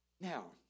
Now